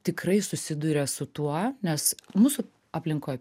tikrai susiduria su tuo nes mūsų aplinkoj